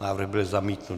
Návrh byl zamítnut.